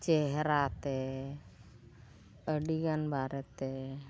ᱪᱮᱦᱨᱟ ᱛᱮ ᱟᱹᱰᱤᱜᱟᱱ ᱵᱟᱨᱮᱛᱮ